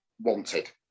wanted